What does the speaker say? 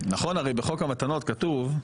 נכון הרי בחוק המתנות כתוב,